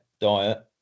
diet